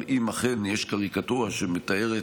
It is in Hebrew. אבל אם אכן יש קריקטורה שמתארת,